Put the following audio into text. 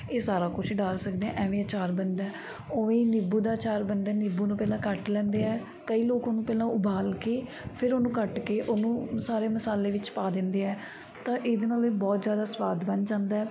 ਇਹ ਸਾਰਾ ਕੁਛ ਡਾਲ ਸਕਦੇ ਹਾਂ ਐਵੇਂ ਅਚਾਰ ਬਣਦਾ ਓਵੇਂ ਹੀ ਨਿੰਬੂ ਦਾ ਅਚਾਰ ਬਣਦਾ ਨਿੰਬੂ ਨੂੰ ਪਹਿਲਾਂ ਕੱਟ ਲੈਂਦੇ ਹੈ ਕਈ ਲੋਕ ਉਹਨੂੰ ਪਹਿਲਾਂ ਉਬਾਲ ਕੇ ਫਿਰ ਉਹਨੂੰ ਕੱਟ ਕੇ ਉਹਨੂੰ ਸਾਰੇ ਮਸਾਲੇ ਵਿੱਚ ਪਾ ਦਿੰਦੇ ਹੈ ਤਾਂ ਇਹਦੇ ਨਾਲ ਇਹ ਬਹੁਤ ਜ਼ਿਆਦਾ ਸੁਆਦ ਬਣ ਜਾਂਦਾ